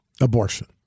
abortion